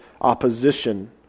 opposition